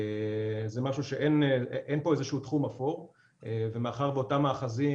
זה משהו שאין פה איזשהו תחום אפור ומאחר ואותם מאחזים